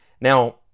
Now